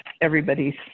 everybody's